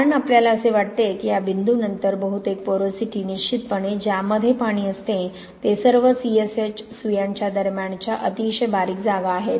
कारण आपल्याला असे वाटते की या बिंदूनंतर बहुतेक पोरोसिटी निश्चितपणे ज्यामध्ये पाणी असते ते सर्व CSH सुयांच्या दरम्यानच्या अतिशय बारीक जागा आहेत